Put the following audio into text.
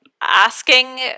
asking